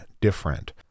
different